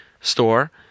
store